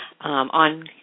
On